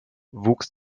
wuchs